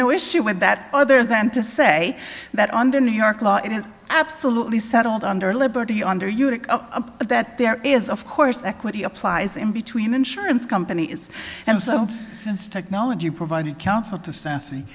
no issue with that other than to say that under new york law it is absolutely settled under liberty under unix but that there is of course equity applies in between insurance companies and so since technology provided counsel to s